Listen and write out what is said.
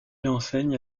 enseigne